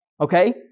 Okay